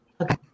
Okay